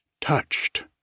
touched